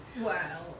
Wow